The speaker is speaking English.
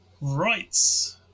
Right